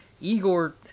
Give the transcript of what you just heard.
Igor